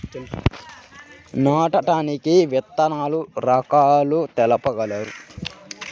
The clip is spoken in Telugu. నాటడానికి విత్తన రకాలు తెలుపగలరు?